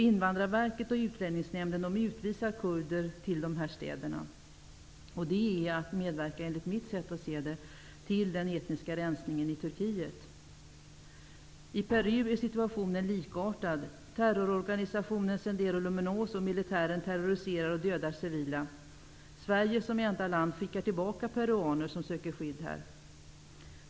Invandrarverket och Utlänningsnämnden utvisar kurder till dessa städer -- det är att medverka till den etniska rensningen i Turkiet. Situationen i Peru är likartad. Terrororganisationen Sendero Luminoso och militären terroriserar och dödar civila. Sverige, som enda land, skickar tillbaka peruaner som söker skydd.